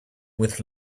with